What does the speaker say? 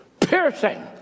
piercing